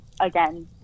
again